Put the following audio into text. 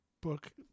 book